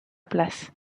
place